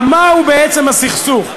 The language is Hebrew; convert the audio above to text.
על מה הוא בעצם, הסכסוך?